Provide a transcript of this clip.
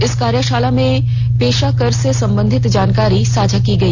इस कार्यशाला में पेशा कर से संबंधित जानकारी साझा की गई